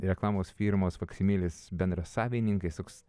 reklamos firmos faksimilės bendrasavininkis toks